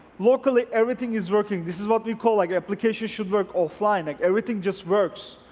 locally everything is working this is what we call like applications should work offline, like everything just works,